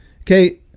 Okay